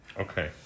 Okay